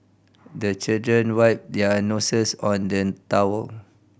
the children wipe their noses on the towel